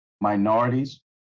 minorities